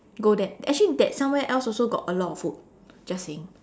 go that actually that somewhere else also got a lot of food just saying